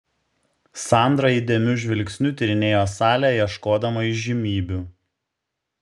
sandra įdėmiu žvilgsniu tyrinėjo salę ieškodama įžymybių